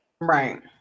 Right